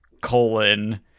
colon